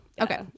okay